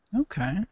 Okay